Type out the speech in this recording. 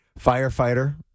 Firefighter